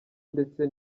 ndetse